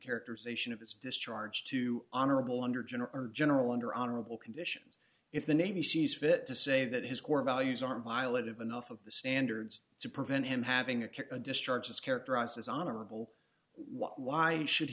characterization of his discharge to honorable under general or general under honorable conditions if the navy sees fit to say that his core values aren't violative enough of the standards to prevent him having a care a discharge is characterized as honorable what why should